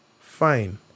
fine